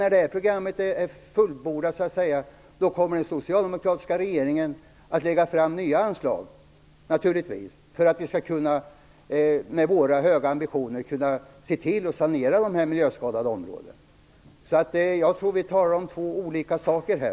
När det här programmet är fullbordat kommer naturligtvis den socialdemokratiska regeringen att lägga fram nya anslag för att vi med våra höga ambitioner skall kunna sanera de miljöskadade områdena. Jag tror att vi talar om två olika saker här.